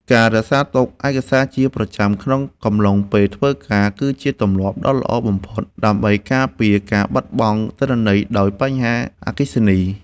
ការរក្សាទុកឯកសារជាប្រចាំក្នុងកំឡុងពេលធ្វើការគឺជាទម្លាប់ដ៏ល្អបំផុត ដើម្បីការពារការបាត់បង់ទិន្នន័យដោយសារបញ្ហាអគ្គិសនី។